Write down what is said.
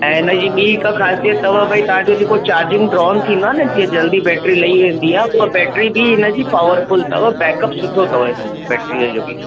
ऐं हिन जी ॿीं हिकु ख़ासियत अथव भई तव्हांजो जेको चार्ज़िंग ड्रॉन थींदो आहे न जीअं जल्दी बैटरी लही वेंदी आहे उहा बैटरी बि हिन जी पावरफ़ुल अथव बेकअप सुठो अथव हिन जो बैटरीअ जो बि